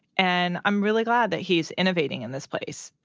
and i'm really glad that he's innovating in this place.